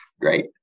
Great